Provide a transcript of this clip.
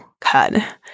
cut